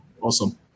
Awesome